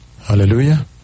Hallelujah